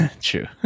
True